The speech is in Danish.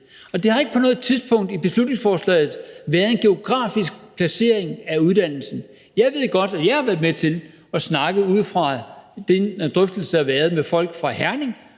og der har ikke på noget tidspunkt i beslutningsforslaget været en geografisk placering af uddannelsen. Jeg ved godt, at jeg har været med til at snakke om, ud fra den drøftelse, der har været med folk fra Herning,